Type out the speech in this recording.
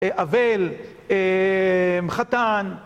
עבל, חתן.